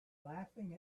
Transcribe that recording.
laughing